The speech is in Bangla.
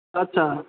আচ্ছা